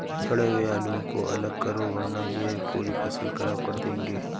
सड़े हुए आलुओं को अलग करो वरना यह पूरी फसल खराब कर देंगे